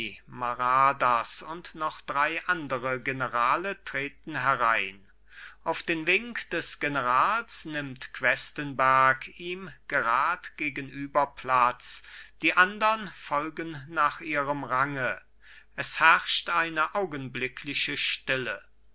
maradas und noch drei andere generale treten herein auf den wink des generals nimmt questenberg ihm gerad gegenüber platz die andern folgen nach ihrem range es herrscht eine augenblickliche stille